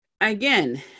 again